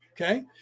Okay